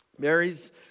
Mary's